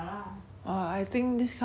deal with all the comments and like